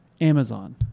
Amazon